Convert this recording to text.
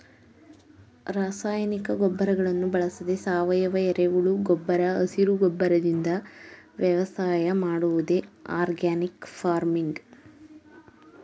ರಾಸಾಯನಿಕ ಗೊಬ್ಬರಗಳನ್ನು ಬಳಸದೆ ಸಾವಯವ, ಎರೆಹುಳು ಗೊಬ್ಬರ ಹಸಿರು ಗೊಬ್ಬರದಿಂದ ವ್ಯವಸಾಯ ಮಾಡುವುದೇ ಆರ್ಗ್ಯಾನಿಕ್ ಫಾರ್ಮಿಂಗ್